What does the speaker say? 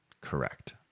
Correct